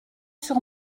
sur